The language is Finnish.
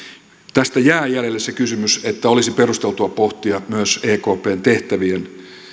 tästä jää jäljelle se kysymys että olisi perusteltua pohtia myös ekpn tehtävien